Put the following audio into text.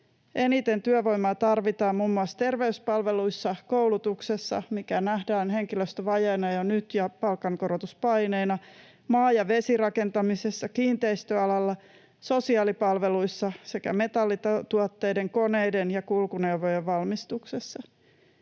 Eniten työvoimaa tarvitaan muun muassa terveyspalveluissa, koulutuksessa, mikä nähdään henkilöstövajeena ja palkankorotuspaineina jo nyt, maa- ja vesirakentamisessa, kiinteistöalalla, sosiaalipalveluissa sekä metallituotteiden, koneiden ja kulkuneuvojen valmistuksessa.